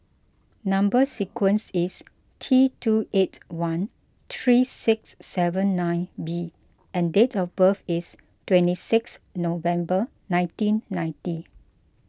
Number Sequence is T two eight one three six seven nine B and date of birth is twenty six November nineteen ninety